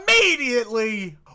immediately